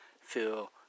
feel